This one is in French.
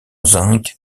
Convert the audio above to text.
zinc